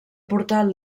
portal